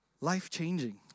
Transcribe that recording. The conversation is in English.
life-changing